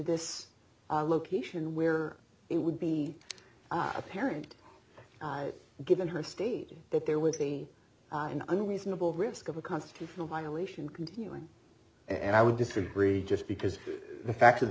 this location where it would be apparent given her steve that there would be an unreasonable risk of a constitutional violation continuing and i would disagree just because the fact of the